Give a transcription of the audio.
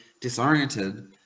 disoriented